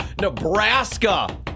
Nebraska